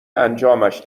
انجامش